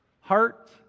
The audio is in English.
heart